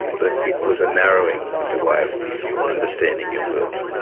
that it was a narrowing of a way of understanding your world.